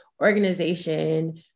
organization